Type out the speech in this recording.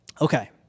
Okay